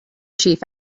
chief